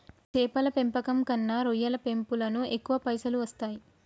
చేపల పెంపకం కన్నా రొయ్యల పెంపులను ఎక్కువ పైసలు వస్తాయి